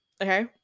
Okay